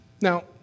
Now